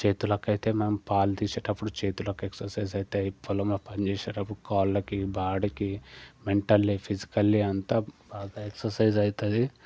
చేతులకైతే మేం పాలు తీసేటప్పుడు చేతులకి ఎక్ససైజ్ అవుతాయి పొలంలో పని చేసేటప్పుడు కాళ్ళకి బాడీకి మెంటల్లీ ఫిజికల్లీ అంత బాగా ఎక్ససైజ్ అవుతుంది